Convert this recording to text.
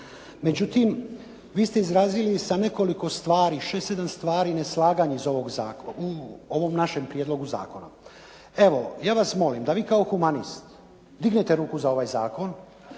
Međutim, vi ste izrazili sa nekoliko stvari, šest, sedam stvari neslaganje iz ovog zakona, u ovom našem prijedlogu zakona. Evo, ja vas molim da vi kao humanist dignete ruku za ovaj zakon,